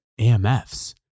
AMFs